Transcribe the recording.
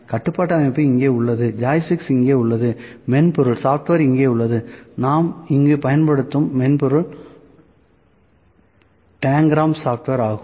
கட்டுப்பாட்டு அமைப்பு இங்கே உள்ளது ஜாய்ஸ்டிக் இங்கே உள்ளது மென்பொருள் இங்கே உள்ளது நாம் இங்கு பயன்படுத்தும் மென்பொருள் டாங்கிராம் மென்பொருள் ஆகும்